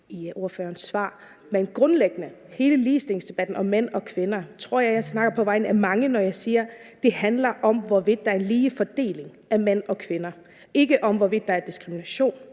til ordførerens svar, men grundlæggende tror jeg i forhold til hele ligestillingsdebatten om mænd og kvinder, jeg snakker på vegne af mange, når jeg siger, at det handler om, hvorvidt der er en lige fordeling af mænd og kvinder, og ikke om, hvorvidt der er diskrimination